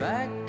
Back